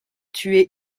tuer